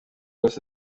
ross